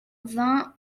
vingt